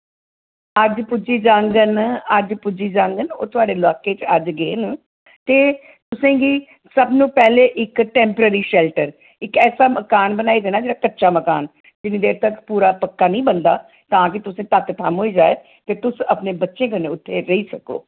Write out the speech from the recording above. अज्ज पुज्जी जाङन अज्ज पुज्जी जाङन ओह् थोआढ़े इलाके च अज्ज गे न ते तुसें गी सब नू पैह्लें इक टैम्पररी शैल्टर इक ऐसा मकान बनाई देना जेह्ड़ा कच्चा मकान जदूं तक पूरा पक्का निं बनदा तां के तुसें ई तत्त थ'म्म होई जाए ते तुस अपने बच्चें कन्नै उत्थै रेही सको